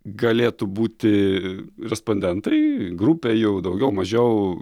galėtų būti respondentai grupė jau daugiau mažiau